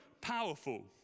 powerful